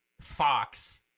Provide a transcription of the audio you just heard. Fox